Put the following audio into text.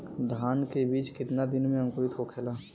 धान के बिज कितना दिन में अंकुरित होखेला?